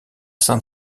saint